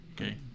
Okay